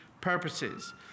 purposes